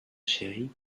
chérie